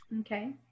okay